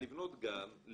לבנות גן,